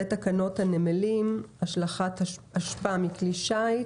תקנות הנמלים (השלכת אשפה מכלי שיט),